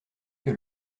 que